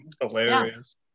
Hilarious